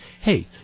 hey